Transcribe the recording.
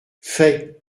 fais